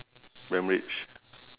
prime ribs